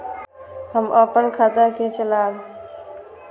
हम अपन खाता के चलाब?